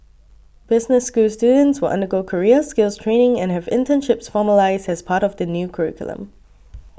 business school students will undergo career skills training and have internships formalised as part of the new curriculum